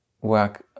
work